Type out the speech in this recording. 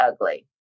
ugly